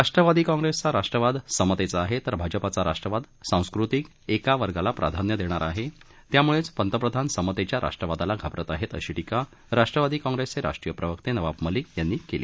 राष्ट्रवादी काँप्रेसचा राष्ट्रवाद समतेचा आहे तर भाजपाचा राष्ट्रवाद सांस्कृतिक एका वर्गाला प्राधान्य देणारा आहे त्यामुळेच पंतप्रधान समतेच्या राष्ट्रवादाला घाबरत आहेत अशी टीका राष्ट्रवादी काँग्रेसचे राष्ट्रीय प्रवक्ते नवाब मलिक यांनी केली